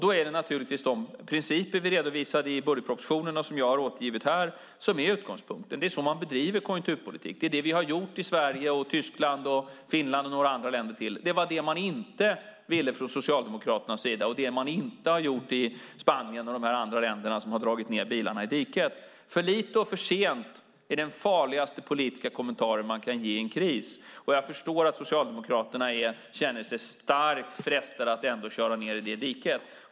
Då är det naturligtvis de principer som vi redovisade i budgetpropositionen och som jag har återgivit här som är utgångspunkten. Det är så man bedriver konjunkturpolitik. Det är det vi har gjort i Sverige, Tyskland, Finland och några andra länder. Det var det man inte ville från Socialdemokraternas sida och det man inte har gjort i Spanien och de andra länderna som har dragit ned bilarna i diket. För lite och för sent är den farligaste politiska kommentar man kan ge i en kris. Jag förstår att Socialdemokraterna känner sig starkt frestade att ändå köra ned i det diket.